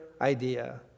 idea